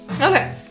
Okay